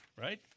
right